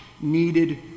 needed